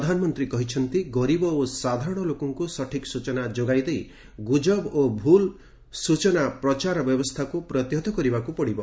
ପ୍ରଧାନମନ୍ତ୍ରୀ କହିଛନ୍ତି ଗରିବ ଓ ସାଧାରଣ ଲୋକଙ୍କୁ ସଠିକ୍ ସ୍ବଚନା ଯୋଗାଇଦେଇ ଗୁଜବ ଓ ଭୁଲ୍ ସ୍ବଚନା ପ୍ରଚାର ବ୍ୟବସ୍ଥାକୁ ପ୍ରତିହତ କରିବାକୁ ପଡ଼ିବ